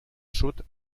sud